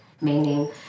meaning